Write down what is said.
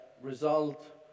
result